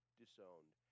disowned